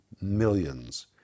millions